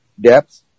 depth